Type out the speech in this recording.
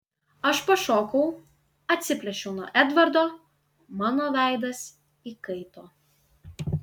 aš pašokau atsiplėšiau nuo edvardo mano veidas įkaito